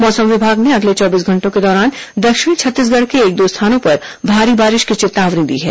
मौसम विभाग ने अगले चौबीस घंटों के दौरान दक्षिणी छत्तीसगढ़ के एक दो स्थानों पर भारी बारिश की चेतावनी दी है